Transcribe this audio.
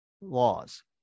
laws